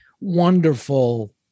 wonderful